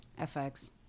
FX